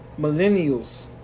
millennials